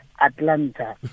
Atlanta